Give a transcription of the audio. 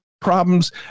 problems